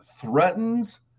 threatens –